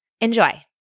Enjoy